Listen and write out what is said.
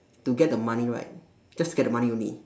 to get the money right just to get the money only